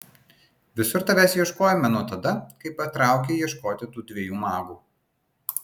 visur tavęs ieškojome nuo tada kai patraukei ieškoti tų dviejų magų